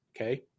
Okay